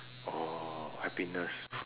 oh happiness